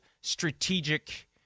strategic